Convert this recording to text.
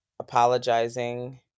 apologizing